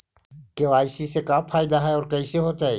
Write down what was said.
KYC से का फायदा है और कैसे होतै?